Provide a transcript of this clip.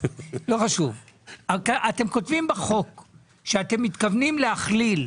אתם כותבים בחוק שאתם מתכוונים להכליל,